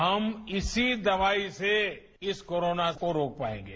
हम इसी दवाई से इस कोरोना को रोक पाएंगे